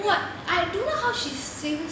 what I don't know how she sings